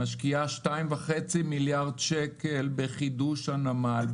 משקיעה 2.5 מיליארד שקל בחידוש הנמל,